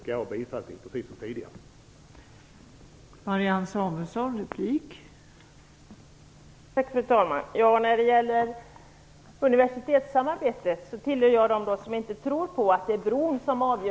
Jag yrkar, precis som tidigare, bifall här.